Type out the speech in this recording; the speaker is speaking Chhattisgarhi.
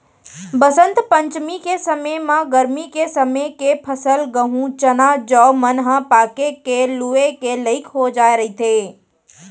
बसंत पंचमी के समे म गरमी के समे के फसल गहूँ, चना, जौ मन ह पाके के लूए के लइक हो जाए रहिथे